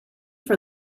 for